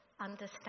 understand